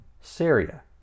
Syria